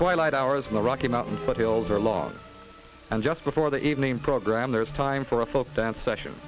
twilight hours in the rocky mountains but hills are long and just before the evening program there is time for a folk dance session